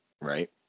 right